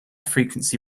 frequency